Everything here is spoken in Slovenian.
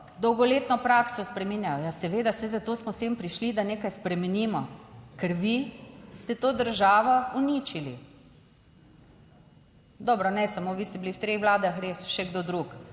Dolgoletno prakso spreminjajo. Ja seveda, saj zato smo sem prišli, da nekaj spremenimo, ker vi ste to državo uničili. Dobro, ne, samo vi ste bili v treh vladah, res še kdo drug